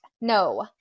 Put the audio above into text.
No